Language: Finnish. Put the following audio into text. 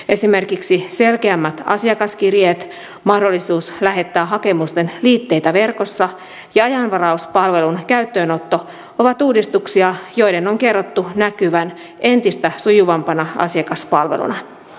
esimerkiksi selkeämmät asiakaskirjeet mahdollisuus lähettää hakemusten liitteitä verkossa ja ajanvarauspalvelun käyttöönotto ovat uudistuksia joiden on kerrottu näkyvän entistä sujuvampana asiakaspalveluna